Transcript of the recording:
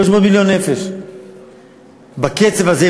בקצב הזה,